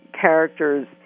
character's